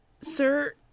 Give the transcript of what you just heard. sir